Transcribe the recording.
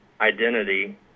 identity